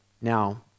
Now